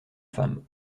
femme